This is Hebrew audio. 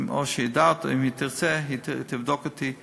או שהיא יודעת, או שאם היא תרצה היא תבדוק אותי.